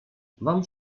wam